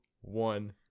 one